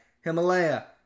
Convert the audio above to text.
Himalaya